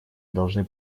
должны